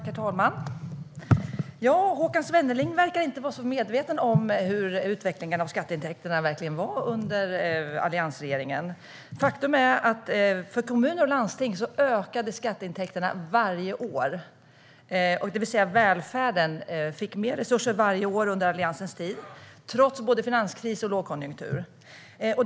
Herr talman! Håkan Svenneling verkar inte vara så medveten om hur utvecklingen av skatteintäkterna verkligen var under alliansregeringen. Faktum är att skatteintäkterna ökade varje år för kommuner och landsting. Välfärden fick alltså mer resurser varje år under Alliansens tid, trots både finanskris och lågkonjunktur.